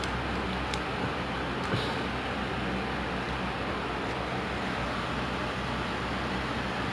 she just like gitu jer like it's usually like clothes like very cliche ah like clothes bag like wallet